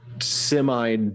semi